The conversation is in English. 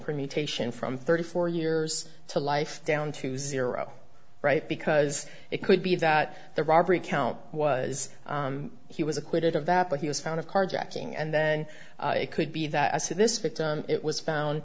permutation from thirty four years to life down to zero right because it could be that the robbery count was he was acquitted of that but he was found of carjacking and then it could be that this victim it was found